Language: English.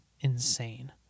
insane